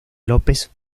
lópez